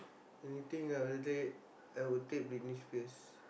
anything ah I would take Britney-Spears